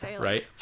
right